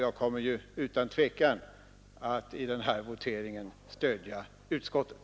Jag kommer utan tvekan att i denna votering stödja utskottet.